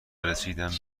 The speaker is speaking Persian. رسیدیم